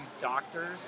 doctors